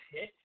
hit